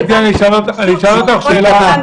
גברתי, אשאל אותך שאלה אחרת.